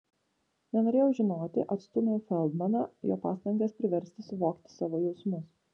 nenorėjau žinoti atstūmiau feldmaną jo pastangas priversti suvokti savo jausmus